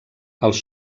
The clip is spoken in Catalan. els